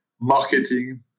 marketing